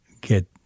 get